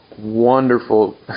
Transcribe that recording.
wonderful